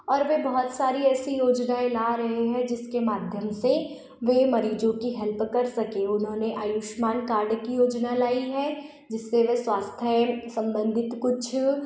और वे बहुत सारी ऐसी योजनाएँ ला रहे हैं जिसके माध्यम से वे मरीजों की हेल्प कर सके उन्होंने आयुष्मान कार्ड की योजना लाई है जिससे वे स्वास्थय सम्बन्धित कुछ